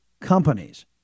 companies